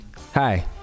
Hi